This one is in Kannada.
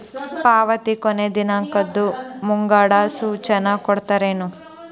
ಪಾವತಿ ಕೊನೆ ದಿನಾಂಕದ್ದು ಮುಂಗಡ ಸೂಚನಾ ಕೊಡ್ತೇರೇನು?